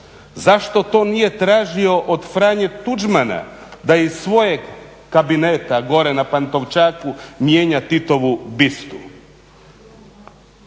Zašto to nije tražio od Franje Tuđmana da iz svojeg kabineta gore na Pantovčaku mijenja Titovu bistu.